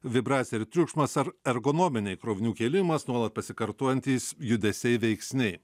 vibracija ir triukšmas ar ergonominiai krovinių kėlimas nuolat pasikartojantys judesiai veiksniai